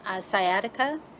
sciatica